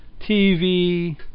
TV